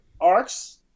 arcs